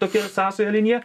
tokia sąsaja linija